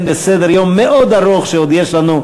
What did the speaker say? בסדר-יום מאוד ארוך שעוד יש לנו,